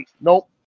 Nope